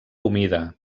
humida